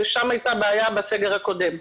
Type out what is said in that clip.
שבהם הייתה בעיה בסגר הקודם.